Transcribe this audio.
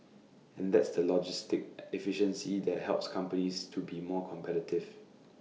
and that's the logistic efficiency that helps companies to be more competitive